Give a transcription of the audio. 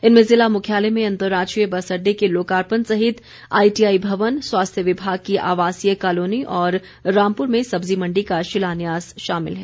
इनमें ज़िला मुख्यालय में अंतर्राज्यीय बस अड्डे के लोकार्पण सहित आईटीआई भवन स्वास्थ्य विभाग की आवासीय कालोनी और रामपुर में सब्जी मण्डी का शिलान्यास शामिल है